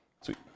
Sweet